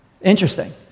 Interesting